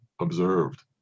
observed